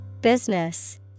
Business